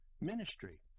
ministry